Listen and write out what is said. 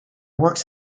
works